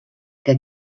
que